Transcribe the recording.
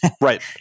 Right